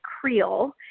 creole